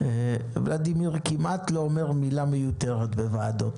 ולדימיר כמעט לא אומר מילה מיותרת בוועדות.